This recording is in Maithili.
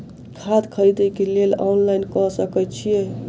खाद खरीदे केँ लेल ऑनलाइन कऽ सकय छीयै?